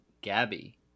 gabby